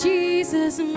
Jesus